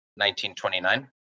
1929